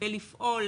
ולפעול